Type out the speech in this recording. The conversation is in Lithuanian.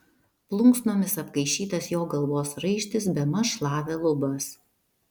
plunksnomis apkaišytas jo galvos raištis bemaž šlavė lubas